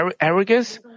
arrogance